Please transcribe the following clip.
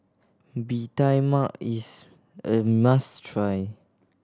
Bee Tai Mak is a must try